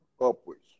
upwards